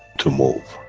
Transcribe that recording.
to move,